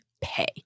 pay